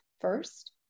first